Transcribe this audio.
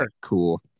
cool